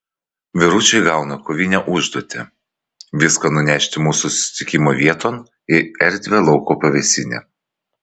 vyručiai gauna kovinę užduotį viską nunešti mūsų susitikimo vieton į erdvią lauko pavėsinę